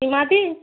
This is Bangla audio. সীমাদি